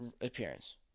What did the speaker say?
appearance